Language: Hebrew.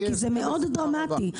כי זה מאוד דרמטי.